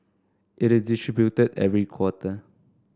it is distributed every quarter